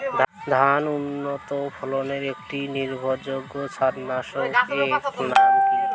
ধান উন্নত ফলনে একটি নির্ভরযোগ্য ছত্রাকনাশক এর নাম কি?